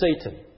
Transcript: Satan